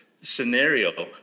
scenario